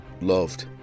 loved